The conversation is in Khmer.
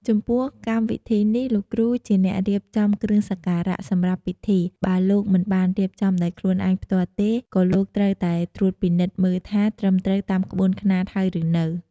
ចំពោះកម្មវិធីនេះលោកគ្រូជាអ្នករៀបចំគ្រឿងសក្ការៈសម្រាប់ពិធី បើលោកមិនបានរៀបចំដោយខ្លួនឯងផ្ទាល់ទេក៏លោកត្រូវតែត្រួតពិនិត្យមើលថាត្រឹមត្រូវតាមក្បួនខ្នាតហើយឬនៅ។